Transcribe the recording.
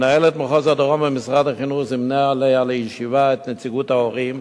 מנהלת מחוז הדרום במשרד החינוך זימנה אליה לישיבה את נציגות ההורים